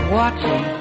watching